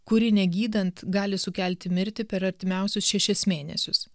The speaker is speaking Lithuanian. kuri negydant gali sukelti mirtį per artimiausius šešis mėnesius